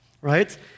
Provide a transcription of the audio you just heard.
right